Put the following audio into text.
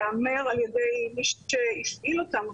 להיאמר על ידי מי שהפעיל אותם.